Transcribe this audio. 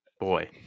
Boy